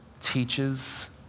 teaches